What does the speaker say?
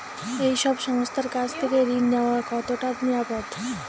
এই সব সংস্থার কাছ থেকে ঋণ নেওয়া কতটা নিরাপদ?